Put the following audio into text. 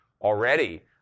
already